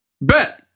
bet